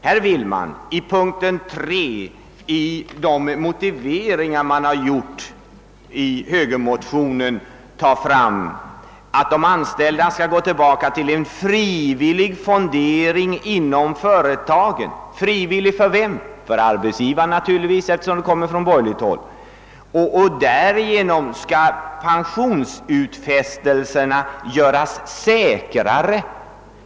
I högermotionen framhålles under punkten 3 i sammanfattningen, att man skulle gå tillbaka till en frivillig fondering inom företagen. Frivillig för vem? För arbetsgivarna naturligtvis, eftersom förslaget kommer från borgerligt håll. Motionärerna anför vidare att pensionsutfästelserna härigenom =<:skulle göras säkrare.